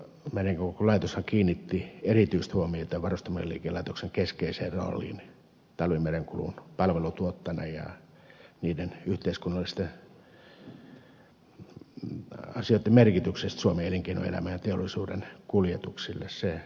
merenkulkulaitoshan kiinnitti erityistä huomiota varustamoliikelaitoksen keskeiseen rooliin talvimerenkulun palveluntuottajana ja niiden yhteiskunnallisten asioitten merkitykseen suomen elinkeinoelämän ja teollisuuden kuljetuksille